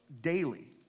daily